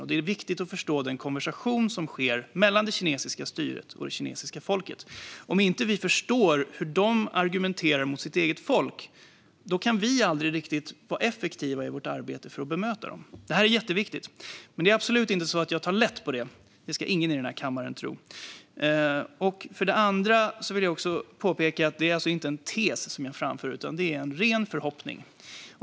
Det är också viktigt att förstå den konversationen mellan det kinesiska styret och det kinesiska folket. Om vi inte förstår hur de argumenterar mot sitt eget folk kan vi aldrig riktigt vara effektiva i vårt arbete för att bemöta dem. Detta är jätteviktigt. Men jag tar absolut inte lätt på det här. Det ska ingen här i kammaren tro. Jag vill också påpeka att det inte är en tes som jag framför, utan en ren förhoppning.